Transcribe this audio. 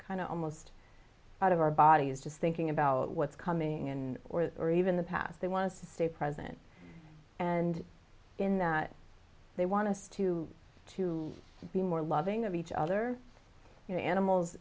kind of almost out of our bodies just thinking about what's coming in or or even the past they want to stay present and in that they want us to to be more loving of each other you know animals